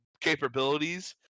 capabilities